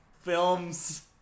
films